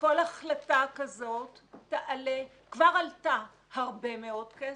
כל החלטה כזאת תעלה, כבר עלתה הרבה מאוד כסף.